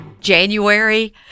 January